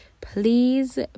please